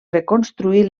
reconstruir